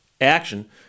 action